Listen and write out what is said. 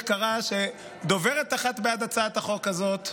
קרה שדוברת אחת בעד הצעת החוק הזאת,